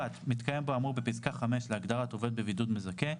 מתקיים בו האמור בפסקה (5) להגדרת עובד בבידוד מזכה.